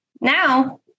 Now